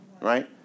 right